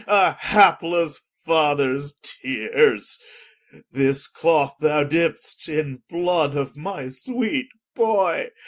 a haplesse fathers teares this cloth thou dipd'st in blood of my sweet boy,